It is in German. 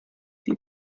sie